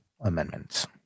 amendments